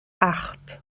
acht